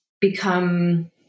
become